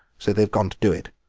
so they've gone to do it.